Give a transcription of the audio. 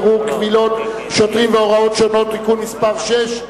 בירור קבילות שוטרים והוראות שונות) (תיקון מס' 6),